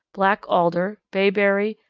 black alder, bayberry,